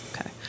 Okay